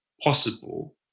possible